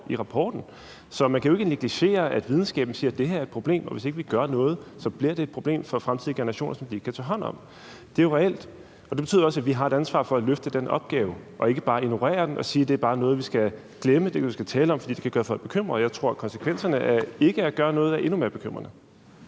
i rapporten, så man kan jo ikke negligere, at videnskaben siger, at det her er et problem, og at hvis ikke vi gør noget, så bliver det et problem for fremtidige generationer, som de ikke kan tage hånd om. Det er jo reelt, og det betyder også, at vi har et ansvar for at løfte den opgave, og at vi ikke bare skal ignorere den og sige, at det bare er noget, vi skal glemme, at det er noget, vi ikke skal tale om, fordi det kan gøre folk bekymrede. Jeg tror, at konsekvenserne af ikke at gøre noget er endnu mere bekymrende.